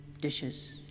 dishes